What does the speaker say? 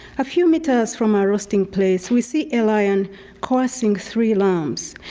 a few meters from our roasting place we see a lion coercing three lambs.